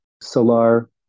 Solar